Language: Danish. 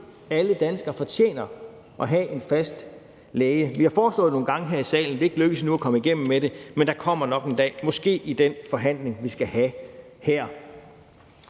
Alle danskere fortjener at have en fast læge. Vi har foreslået det nogle gange her i salen, og det er endnu ikke lykkedes at komme igennem med det, men det kommer nok en dag, måske i den forhandling, vi skal have her.